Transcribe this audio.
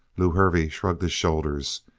lew hervey shrugged his shoulders.